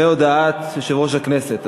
וכן הודעת יושב-ראש ועדת הכנסת.